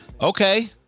Okay